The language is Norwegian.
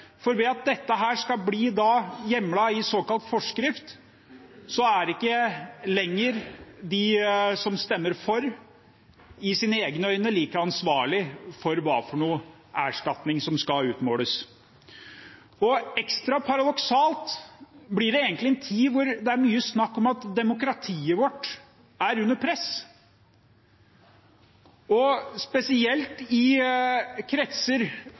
For ved at dette skal bli hjemlet i såkalt forskrift, er ikke lenger de som stemmer for, i egne øyne like ansvarlige for hvilken erstatning som skal utmåles. Ekstra paradoksalt blir det egentlig i en tid der det er mye snakk om at demokratiet vårt er under press, spesielt i kretser